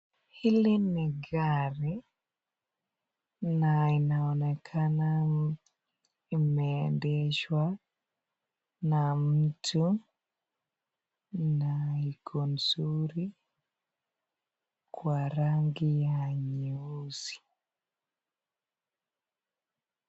Hili ni gari na inaonekana imeendeshwa na mtu na iko nzuri kwa rangi ya nyeusi.